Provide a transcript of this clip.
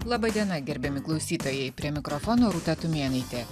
laba diena gerbiami klausytojai prie mikrofono rūta tumėnaitė